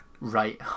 Right